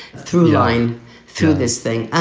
through line through this thing.